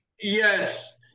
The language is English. yes